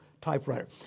typewriter